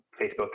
facebook